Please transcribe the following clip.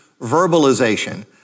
verbalization